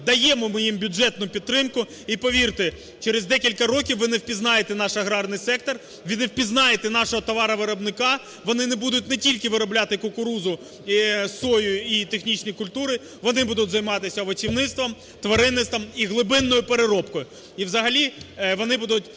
даємо ми їм бюджетну підтримку, і, повірте, через декілька років ви не впізнаєте наш аграрний сектор, ви не впізнаєте нашого товаровиробника. Вони будуть не тільки виробляти кукурудзу, сою і технічні культури, вони будуть займатися овочівництвом, тваринництвом і глибинною переробкою.